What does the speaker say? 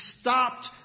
stopped